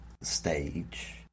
stage